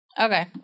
Okay